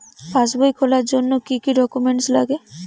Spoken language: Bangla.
পাসবই খোলার জন্য কি কি ডকুমেন্টস লাগে?